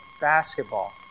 basketball